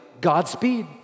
Godspeed